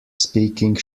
speaking